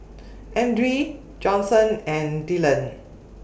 Edrie Johnson and Dyllan